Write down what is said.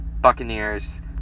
Buccaneers